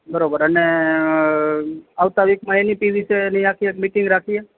બરોબર અને આવતા વીકમાં એની પી વેશીની મીટિંગ રાખીએ